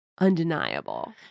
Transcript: undeniable